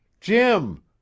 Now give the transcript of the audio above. Jim